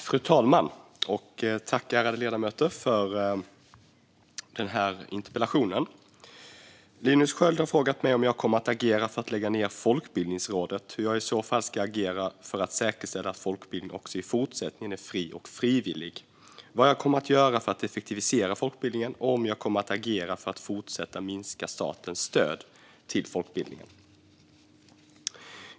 Fru talman! Tack, ärade ledamöter, för den här interpellationen! Linus Sköld har frågat mig om jag kommer att agera för att lägga ned Folkbildningsrådet, hur jag i så fall ska agera för att säkerställa att folkbildningen också i fortsättningen är fri och frivillig, vad jag kommer att göra för att effektivisera folkbildningen och om jag kommer att agera för att fortsätta minska statens stöd till folkbildningen.